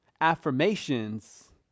affirmations